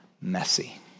messy